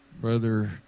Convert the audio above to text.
Brother